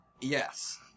Yes